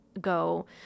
go